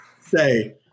say –